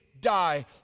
die